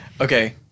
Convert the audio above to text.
Okay